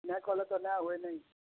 ନାଇଁ କଲେ ତ ନାଇଁ ହୁଏ ନାଇଁ